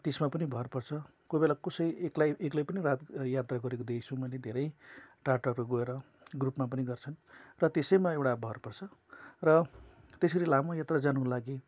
त्यसमा पनि भर पर्छ कोही बेला कसै एकलाई एक्लै पनि रात यात्रा गरेको देखेको छु मैले धेरै टाड टाडा गएर ग्रुपमा पनि गर्छन् र त्यसैमा एउटा भर पर्छ र त्यसरी लामो यात्रा जानुको लागि